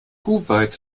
kuwait